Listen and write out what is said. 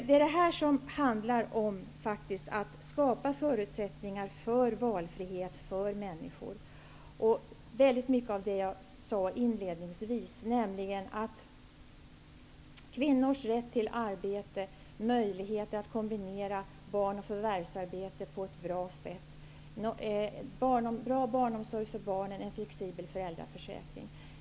Det är faktiskt det här som skapar förutsättningar för valfrihet för människor. Väldigt mycket av detta nämnde jag inledningsvis, nämligen kvinnors rätt till arbete, möjligheten att kombinera barn och förvärvsarbete på ett bra sätt, bra barnomsorg för barnen och en flexibel föräldraförsäkring.